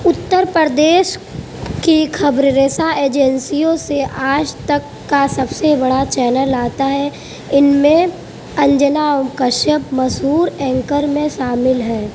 اتر پردیش کی خبر رساں ایجنسیوں سے آج تک کا سب سے بڑا چینل آتا ہے ان میں انجنا اوم کشیپ مشہور اینکر میں شامل ہیں